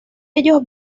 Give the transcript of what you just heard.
ellos